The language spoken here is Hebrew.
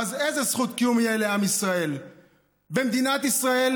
ואז איזו זכות קיום תהיה לעם ישראל במדינת ישראל,